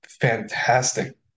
fantastic